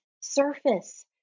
surface